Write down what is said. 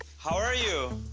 how are you?